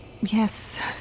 Yes